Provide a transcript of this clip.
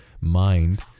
mind